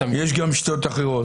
יש גם שיטות אחרות.